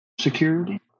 security